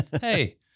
hey